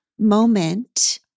moment